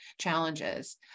challenges